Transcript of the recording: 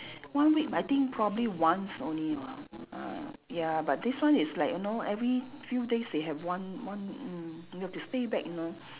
one week I think probably once only [what] ah ya but this one is like you know every few days they have one one mm you have to stay back you know